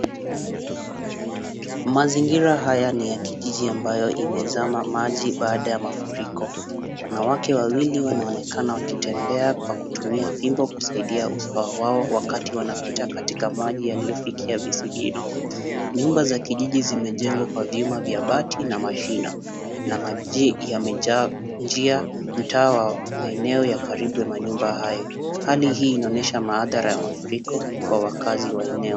Mazingira haya ni ya kijiji ambayo imezama maji baada ya mafuriko, wanawake wawili wanaonekana wakitembea kwa kutumia fimbo kuisaidia usawa wao wakati wanapita katika maji yaliyofikia visigino, nyumba za kijiji zimejengwa kwa vyuma vya bati na mashina na maji yamejaa njia mtaa wa maeneo ya karibu manyumba hayo, Hali hii inaonyesha hadhara ya mafuriko kwa wakaazi wa eneo hilo.